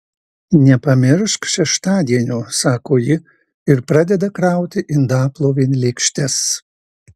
nepamiršk šeštadienio sako ji ir pradeda krauti indaplovėn lėkštes